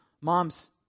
moms